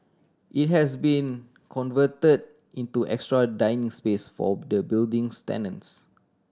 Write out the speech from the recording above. it has been converted into extra dining space by the building's tenants